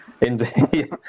Indeed